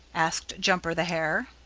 asked jumper the hare.